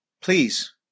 please